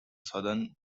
southern